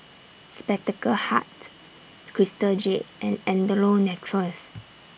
Spectacle Hut Crystal Jade and Andalou Naturals